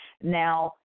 Now